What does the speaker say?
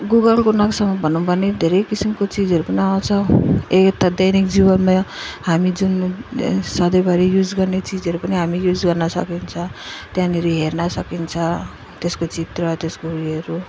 गुगलको नक्सामा भनौँ भने धेरै किसिमको चिजहरू पनि आउँछ एक यता दैनिक जीवनमा हामी जुन सधैँभरि युज गर्ने चिजहरू पनि हामी युज गर्न सकिन्छ त्यहाँनेर हेर्न सकिन्छ त्यसको चित्र त्यसको उयोहरू